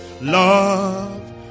love